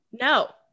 no